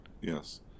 Yes